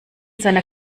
seiner